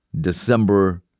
December